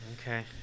Okay